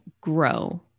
grow